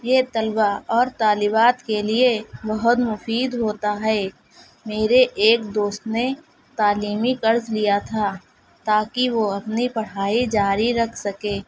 یہ طلباء اور طالبات کے لیے بہت مفید ہوتا ہے میرے ایک دوست نے تعلیمی قرض لیا تھا تاکہ وہ اپنی پڑھائی جاری رکھ سکے